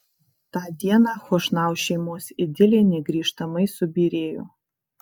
tą dieną chošnau šeimos idilė negrįžtamai subyrėjo